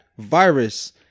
virus